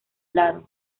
lados